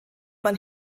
man